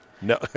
no